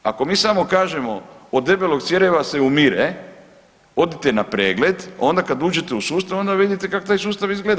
Ako mi samo kažemo od debelog crijeva se umire, odite na pregled, onda kad uđete u sustav onda vidite kako taj sustav izgleda.